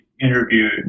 interviewed